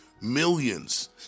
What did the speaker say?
millions